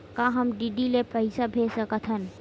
का हम डी.डी ले पईसा भेज सकत हन?